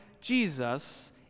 Jesus